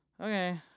Okay